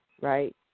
right